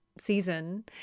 season